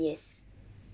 yes